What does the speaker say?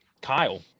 Kyle